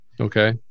Okay